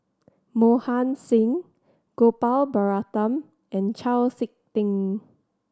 Mohan Singh Gopal Baratham and Chau Sik Ting